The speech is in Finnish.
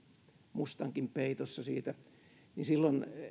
mustankin peitossa siitä silloin